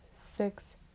six